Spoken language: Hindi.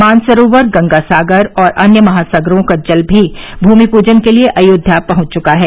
मानसरोवर गंगासागर और अन्य महासागरों का जल भी भूमि प्रजन के लिए अयोध्या पहंच चका है